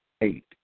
Eight